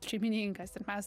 šeimininkas ir mes